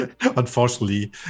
unfortunately